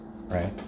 right